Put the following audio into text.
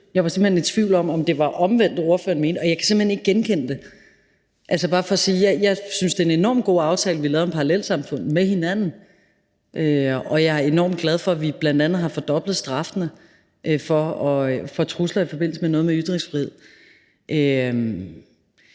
jeg var simpelt hen i tvivl om, om ordføreren mente det omvendt. Jeg kan simpelt hen ikke genkende det. Det er bare for at sige, at jeg synes, det er en enormt god aftale, vi har lavet om parallelsamfund med hinanden, og jeg er enormt glad for, at vi bl.a. har fordoblet straffene for trusler i forbindelse med noget med ytringsfrihed. Med